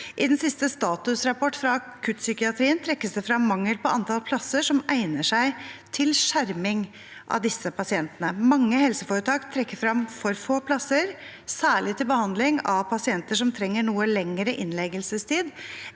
I den siste statusrapporten fra akuttpsykiatrien trekkes det fram mangel på antall plasser som egner seg til skjerming av disse pasientene. Mange helseforetak trekker fram for få plasser, særlig til behandling av pasienter som trenger noe lengre innleggelsestid